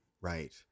right